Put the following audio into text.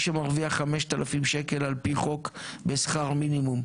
שמרוויח 5,000 שקלים על פי חוק בשכר מינימום,